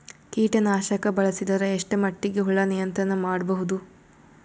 ಕೀಟನಾಶಕ ಬಳಸಿದರ ಎಷ್ಟ ಮಟ್ಟಿಗೆ ಹುಳ ನಿಯಂತ್ರಣ ಮಾಡಬಹುದು?